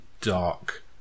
dark